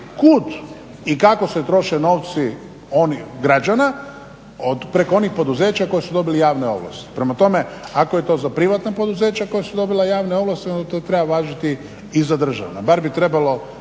kud i kako se troše novci onih građana, preko onih poduzeća koja su dobila javne ovlasti. Prema tome ako je to za privatna poduzeća koja su dobila javne ovlasti, onda to treba važiti i za državna. Barem bi trebalo